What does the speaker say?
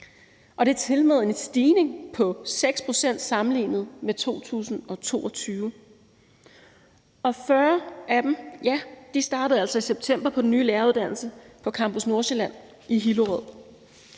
om. Det er tilmed en stigning på 6 pct. sammenlignet med 2022, og 40 af dem startede altså i september på den nye læreruddannelse på Campus Nordsjælland i Hillerød.